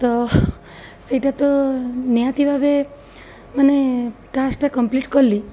ତ ସେଇଟା ତ ନିହାତି ଭାବେ ମାନେ ଟାସ୍କଟା କମ୍ପ୍ଲିଟ୍ କଲି